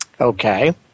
okay